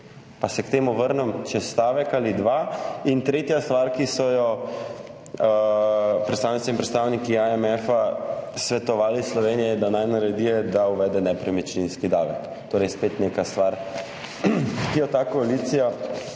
pa se k temu vrnem čez stavek ali dva; in tretja stvar, ki so jo predstavnice in predstavniki IMF svetovali Sloveniji, je, da se uvede nepremičninski davek, torej spet neka stvar, ki jo je ta koalicija